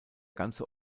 ganze